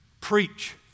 Preach